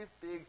big